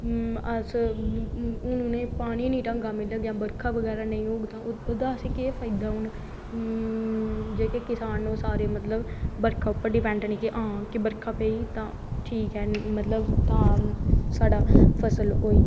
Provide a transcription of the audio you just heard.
अस उनें पानी गै ढंगे दा नी मिलग जां बरखा बगैरा नेंई होग तां ओह्दा असेंगा केह् फायदा होना जेह्के किसान न ओह् सारे मतलव बरखा पर डिपैंट न के बरखा पेई तां ठीक ऐ मतलव साढ़ै फसल होई